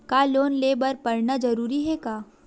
का लोन ले बर पढ़ना जरूरी हे का?